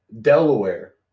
Delaware